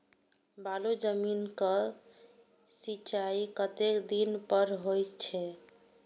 बालू जमीन क सीचाई कतेक दिन पर हो छे?